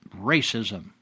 racism